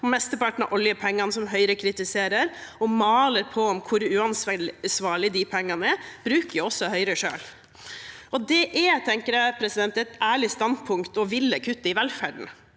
Mesteparten av oljepengene som Høyre kritiserer – man maler på om hvor uansvarlige de pengene er – bruker også Høyre selv. Jeg tenker at det er et ærlig standpunkt å ville kutte i velferden,